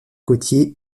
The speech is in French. côtiers